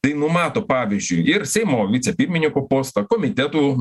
tai numato pavyzdžiui ir seimo vicepirmininko postą komitetų